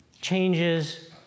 changes